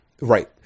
Right